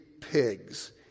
pigs